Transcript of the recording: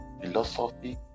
philosophy